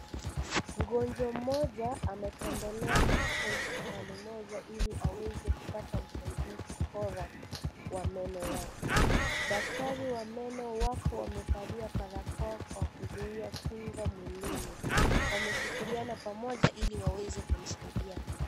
Mgonjwa mmoja ametembelea katika hospitali moja ili aweze kupata usaidizi bora wa meno yake. Daktari wa meno wako wamevalia barakoa kwa kuzuia kinga mwilini. Wameshikiliana pamoja ili waweze kumsaidia.